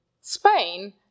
Spain